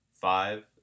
Five